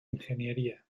ingeniería